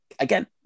again